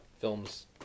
films